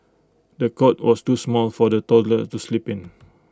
the cot was too small for the toddler to sleep in